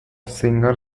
singer